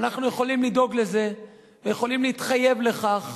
ואנחנו יכולים לדאוג לזה ויכולים להתחייב לכך